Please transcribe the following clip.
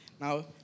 Now